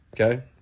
Okay